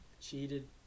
Cheated